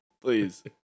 Please